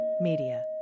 Media